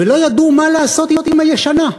ולא ידעו מה לעשות עם הישנה.